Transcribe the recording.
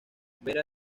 vera